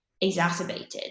exacerbated